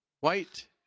White